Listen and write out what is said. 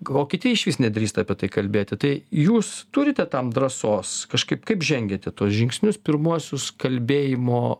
o kiti išvis nedrįsta apie tai kalbėti tai jūs turite tam drąsos kažkaip kaip žengėte tuos žingsnius pirmuosius kalbėjimo